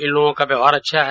इन लोगों का व्यवहार अच्छा है